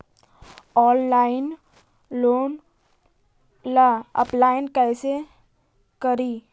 Online loan ला apply कैसे करी?